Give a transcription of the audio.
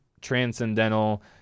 transcendental